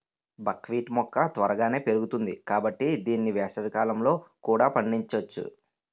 బక్ wheat మొక్క త్వరగానే పెరుగుతుంది కాబట్టి దీన్ని వేసవికాలంలో కూడా పండించొచ్చు